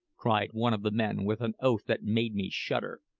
cried one of the men with an oath that made me shudder.